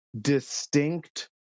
distinct